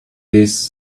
this